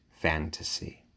fantasy